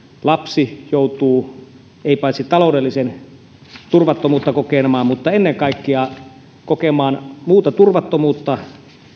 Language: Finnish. lapsi joutuu kokemaan paitsi taloudellista turvattomuutta myös ennen kaikkea muuta turvattomuutta